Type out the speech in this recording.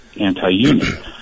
anti-union